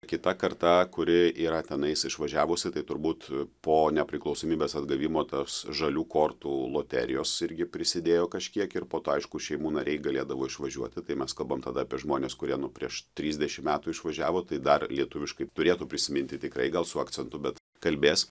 kita karta kuri yra tenais išvažiavusi tai turbūt po nepriklausomybės atgavimo tas žalių kortų loterijos irgi prisidėjo kažkiek ir po to aišku šeimų nariai galėdavo išvažiuoti tai mes kalbam tada apie žmones kurie nu prieš trisdešim metų išvažiavo tai dar lietuviškai turėtų prisiminti tikrai gal su akcentu bet kalbės